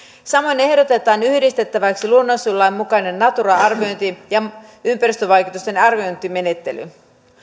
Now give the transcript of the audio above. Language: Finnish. samoin ehdotetaan yhdistettäväksi luonnonsuojelulain mukainen natura arviointi ja ympäristövaikutusten arviointimenettely